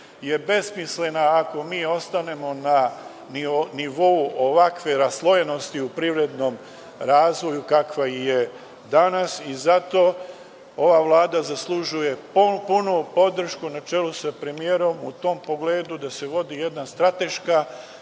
je besmislena ako mi ostanemo na nivou ovakve raslojenosti i privrednom razvoju kakva je danas. Zato ova Vlada zaslužuje punu podršku na čelu sa premijerom u tom pogledu da se vodi jedna strateška